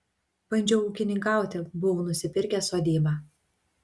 bandžiau ūkininkauti buvau nusipirkęs sodybą